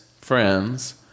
friends